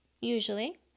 usually